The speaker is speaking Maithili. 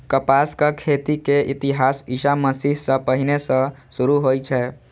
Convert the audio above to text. कपासक खेती के इतिहास ईशा मसीह सं पहिने सं शुरू होइ छै